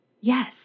yes